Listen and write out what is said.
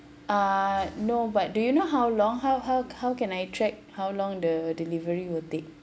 uh no but do you know how long how how how can I track how long the delivery will take